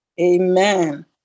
Amen